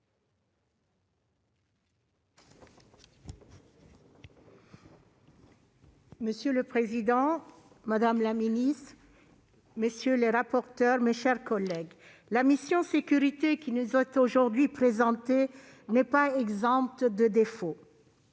Monsieur le président, madame la ministre, mesdames, messieurs les rapporteurs, mes chers collègues, la mission « Sécurités », qui nous est aujourd'hui présentée, n'est pas exempte de défauts.